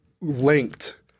linked